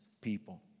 people